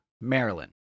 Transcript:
Maryland